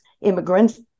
immigrants